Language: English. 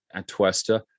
Atuesta